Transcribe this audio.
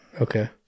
Okay